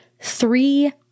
three